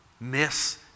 miss